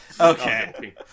Okay